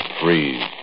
freeze